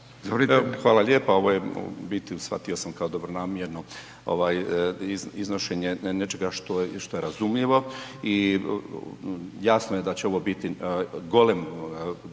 Hvala lijepa. Ovo je u biti shvatio sam kao dobronamjerno iznošenje nečega što je razumljivo i jasno je da će ovo biti golem